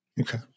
Okay